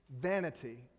vanity